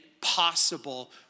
possible